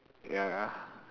ya lah